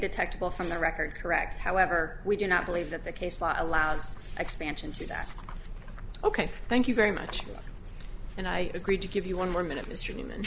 detectable from the record correct however we do not believe that the case law allows expansion to that ok thank you very much and i agreed to give you one more minute mr newman